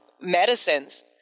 medicines